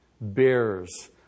bears